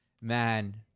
Man